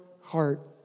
heart